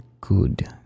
good